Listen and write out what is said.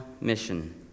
mission